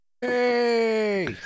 Hey